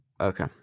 Okay